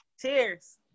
Cheers